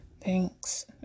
Thanks